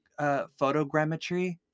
photogrammetry